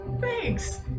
thanks